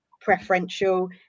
preferential